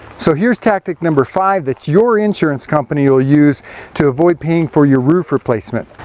so here's tactic number five that your insurance company will use to avoid paying for your roof replacement,